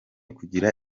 kugira